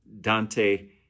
Dante